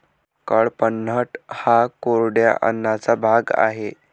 कडपह्नट हा कोरड्या अन्नाचा भाग आहे